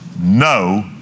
no